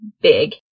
big